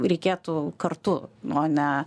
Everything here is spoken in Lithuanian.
reikėtų kartu o ne